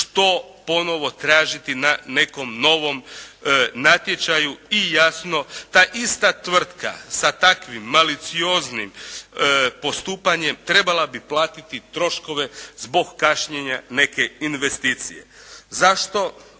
što ponovo tražiti na nekom novom natječaju i jasno ta ista tvrtka sa takvim malicioznim postupanjem trebala bi platiti troškove zbog kašnjenja neke investicije. Zašto